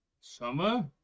summer